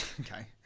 Okay